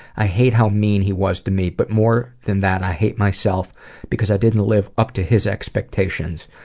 i hate how mean he was to me, but more than that, i hate myself because i didn't live up to his expectations.